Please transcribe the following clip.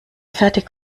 fertig